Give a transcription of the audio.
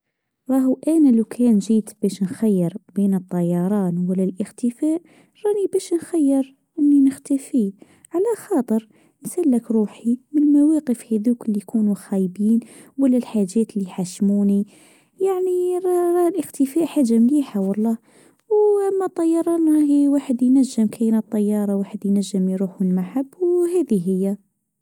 ما هو أنا لو كان جيت باش نخير بين الطيران ولا الإختفاء يعني باش نخير إني نختفي على خاطر نسلك روحي من مواقف هاذوك لي يكونوا خايبين ولا الحاجات لي يحشموني يعني راه الإختفاء حاجة مليحة والله وأما الطيارة واحد ينجم كينا الطيارة واحد ينجمروحوا لمحب و هذى هيا.